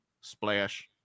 Splash